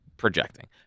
Projecting